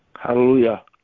Hallelujah